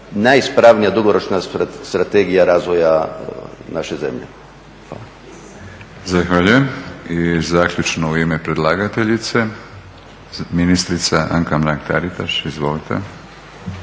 najispravnija dugoročna strategija razvoja naše zemlje. Hvala.